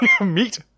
Meat